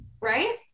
Right